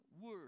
word